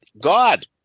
god